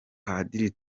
padiri